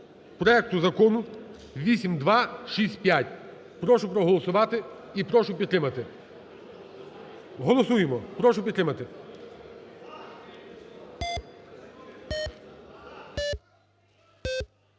проекту Закону 8265. Прошу проголосувати і прошу підтримати, голосуємо, прошу підтримати.